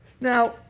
Now